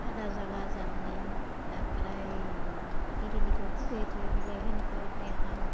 আদা জ্বলা জাল দিম তাৰপৰাই কি বুলি কয় শুকুৱাই থৈ পেলাই তেনেকুৱাকে খাম